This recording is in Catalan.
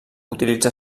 utilitza